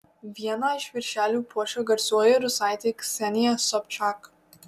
vieną iš viršelių puošia garsioji rusaitė ksenija sobčak